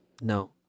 no